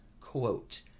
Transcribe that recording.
Quote